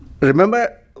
Remember